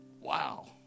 Wow